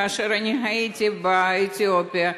כאשר אני הייתי באתיופיה,